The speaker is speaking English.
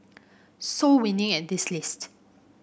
so winning at this list